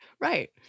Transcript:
right